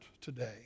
today